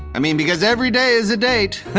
i mean. because every day is a date,